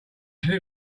should